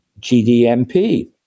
GDMP